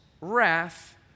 wrath